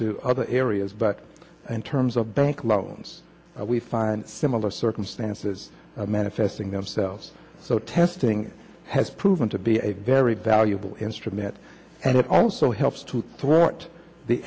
to other areas but in terms of bank loans we find similar circumstances manifesting themselves so testing has proven to be a very valuable instrument and it also helps to thwart the